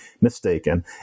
mistaken